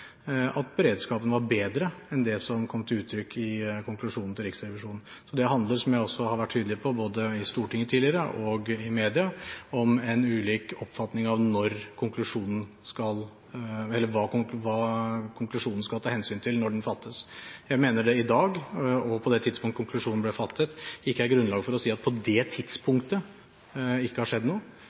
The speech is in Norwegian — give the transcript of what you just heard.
var beredskapen bedre enn det som kom til uttrykk i konklusjonen til Riksrevisjonen. Det handler, som jeg også har vært tydelig på både i Stortinget tidligere og i media, om en ulik oppfatning av hva konklusjonen skal ta hensyn til når den fattes. Jeg mener det i dag – og på det tidspunkt konklusjonen ble fattet – ikke er grunnlag for å si at det på det tidspunktet ikke har skjedd noe.